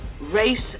Race